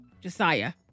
Josiah